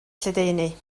lledaenu